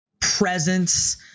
presence